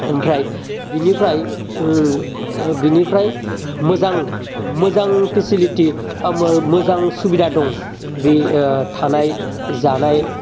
ओमफ्राय बेनिफ्राय उम बेनिफ्राय मोजां मोजां फेसिलिटि बा मोजां सुबिदा दं बे थानाय जानाय